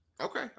okay